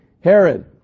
Herod